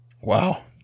Wow